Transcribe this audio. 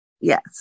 Yes